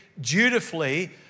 dutifully